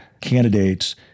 candidates